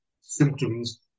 symptoms